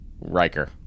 Riker